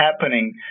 happening